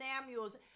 Samuels